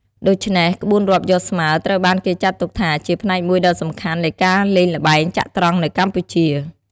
ដូច្នេះ ក្បួនរាប់យកស្មើត្រូវបានគេចាត់ទុកថាជាផ្នែកមួយដ៏សំខាន់នៃការលេងល្បែងចត្រង្គនៅកម្ពុជា។